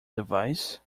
device